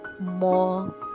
more